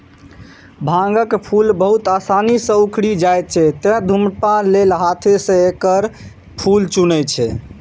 भांगक फूल बहुत आसानी सं उखड़ि जाइ छै, तें धुम्रपान लेल हाथें सं एकर फूल चुनै छै